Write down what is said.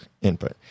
input